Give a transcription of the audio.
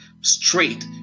straight